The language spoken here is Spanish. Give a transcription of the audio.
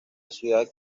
ciudad